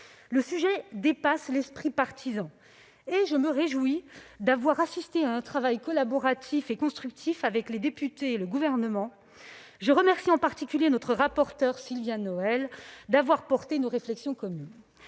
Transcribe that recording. L'enjeu dépasse l'esprit partisan et je me réjouis d'avoir assisté à un travail collaboratif et constructif avec les députés et le Gouvernement. Je remercie en particulier notre rapporteure Sylviane Noël d'avoir porté nos réflexions communes.